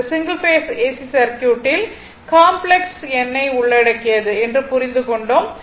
இந்த single phase AC circuit complex எண்ணை உள்ளடக்கியது என்று புரிந்து கொண்டோம்